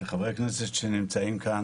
חברי כנסת שנמצאים כאן.